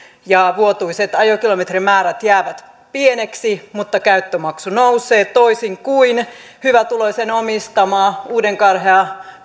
vuotuiset ajokilometrimäärät jäävät pieniksi mutta käyttömaksu nousee toisin kuin hyvätuloisen omistamassa uudenkarheassa